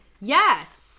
yes